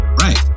Right